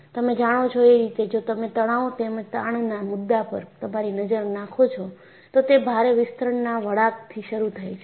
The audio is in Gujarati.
તમે જાણો છો એ રીતે જો તમે તણાવ તેમજ તાણના મુદ્દા પર તમારી નજર નાખો છો તો તે ભાર વિસ્તરણના વળાંકથી શરૂ થાય છે